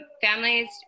families